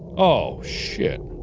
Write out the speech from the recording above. oh shit